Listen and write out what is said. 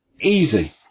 Easy